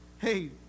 Hey